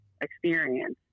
experience